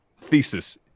thesis